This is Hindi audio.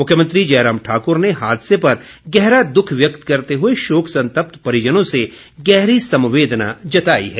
मुख्यमंत्री जयराम ठाकुर ने हादसे पर गहरा दुख व्यक्त करते हुए शोक संतप्त परिजनों से गहरी संवेदना जताई है